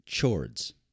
chords